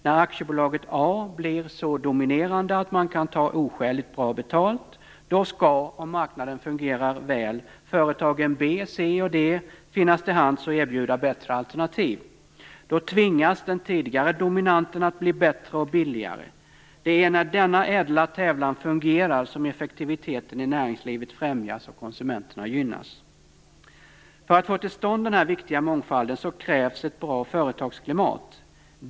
När aktiebolaget A blir så dominerande att det kan ta oskäligt bra betalt skall, om marknaden fungerar väl, företagen B, C, och D finnas till hands och erbjuda bättre alternativ. Då tvingas den tidigare dominanten att bli bättre och billigare. Det är när denna ädla tävlan fungerar som effektiviteten i näringslivet främjas och konsumenten gynnas. För att få till stånd den här viktiga mångfalden krävs ett bra företagsklimat.